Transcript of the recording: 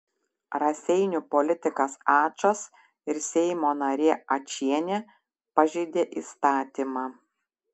raseinių politikas ačas ir seimo narė ačienė pažeidė įstatymą